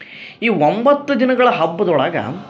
ಈ ಒಂಬತ್ತು ದಿನಗಳ ಹಬ್ಬದ ಒಳಗ